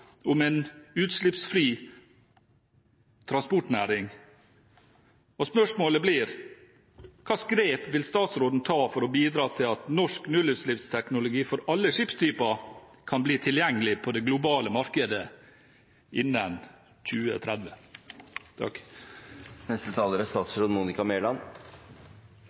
om en utslippsfri transportnæring. Og spørsmålet blir: Hvilke grep vil statsråden ta for å bidra til at norsk nullutslippsteknologi for alle skipstyper kan bli tilgjengelig på det globale markedet innen 2030?